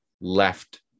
left